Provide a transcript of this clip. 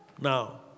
Now